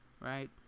right